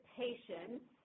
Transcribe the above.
patients